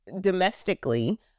domestically